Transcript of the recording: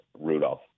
rudolph